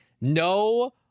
No